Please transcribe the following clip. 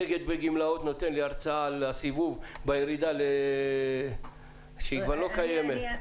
אגד בגמלאות נותן לי הרצאה על הסיבוב בירידה בבית זית שכבר לא קיימת.